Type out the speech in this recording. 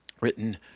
written